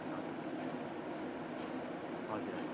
अब त्यो हजुर हजुर